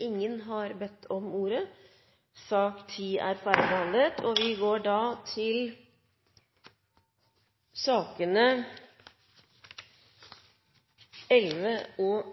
Ingen har bedt om ordet. Etter ønske fra helse- og